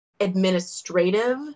administrative